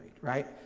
right